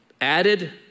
Added